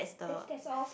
that's that's all